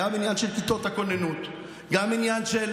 גם העניין של